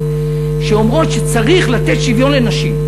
שאומרות שצריך לתת שוויון לנשים.